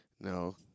no